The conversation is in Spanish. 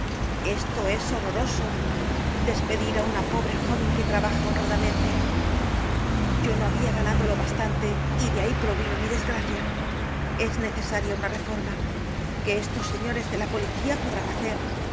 esto es horroroso despedir á una pobre jóven que trabaja honradamente yo no habia ganado lo bastante y de ahí provino mi desgracia es necesaria una reforma que estos señores de la policía podrian hacer